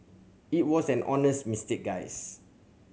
it was an honest mistake guys